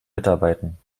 mitarbeiten